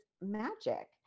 magic